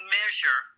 measure